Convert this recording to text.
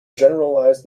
generalized